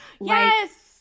Yes